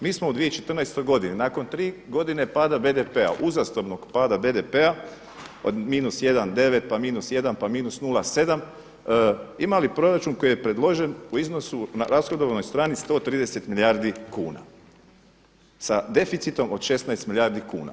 Mi smo u 2014. godini nakon tri godine pada BDP-a, uzastopnog pada BDP-a od minus 1,9, pa minus 1, pa minus 0,7 imali proračun koji je predložen u iznosu na rashodovnoj strani 130 milijardi kuna sa deficitom od 16 milijardi kuna.